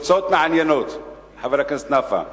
תוצאות מעניינות, חבר הכנסת נפאע.